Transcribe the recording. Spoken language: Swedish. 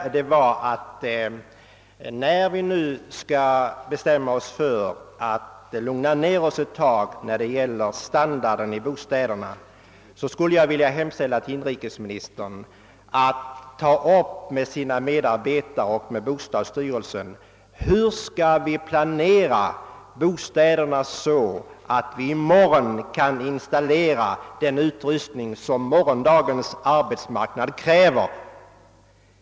När vi nu skall bestämma oss för att lugna ner oss ett tag i fråga om standarden i bostäderna, skulle jag vilja hemställa till inrikesministern att med sina medarbetare och med bostadsstyrelsen ta upp frågan om hur vi skall planera bostäderna så, att vi i morgon kan installera den utrustning morgondagens arbetsmarknad kräver.